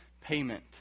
payment